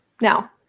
Now